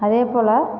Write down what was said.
அதேபோல்